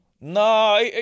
No